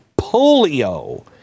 polio